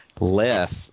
less